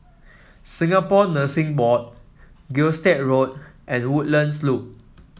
Singapore Nursing Board Gilstead Road and Woodlands Loop